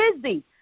busy